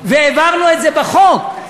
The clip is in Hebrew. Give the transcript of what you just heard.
והעברנו את זה בחוק.